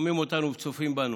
ששומעים אותנו וצופים בנו,